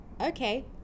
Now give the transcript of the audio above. okay